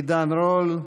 עידן רול,